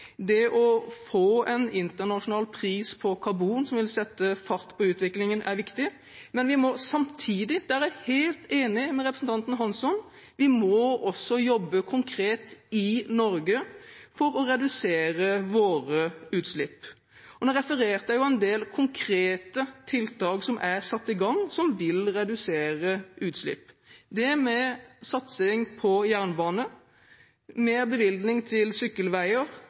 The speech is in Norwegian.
Å få en internasjonal pris på karbon som vil sette fart på utviklingen, er viktig. Men vi må samtidig – her er jeg helt enig med representanten Hansson – jobbe konkret i Norge for å redusere våre utslipp. Jeg refererte en del konkrete tiltak som er satt i gang, og som vil redusere utslipp, som satsing på jernbane, flere bevilgninger til sykkelveier,